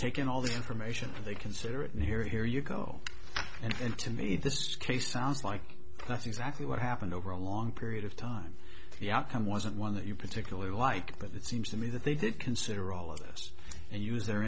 taken all the information they consider it and here here you go and to me this case sounds like that's exactly what happened over a long period of time the outcome wasn't one that you particularly like but it seems to me that they did consider all of this and use their